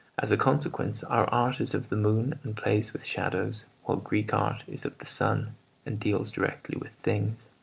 as a consequence our art is of the moon and plays with shadows, while greek art is of the sun and deals directly with things.